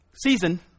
Season